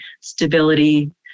stability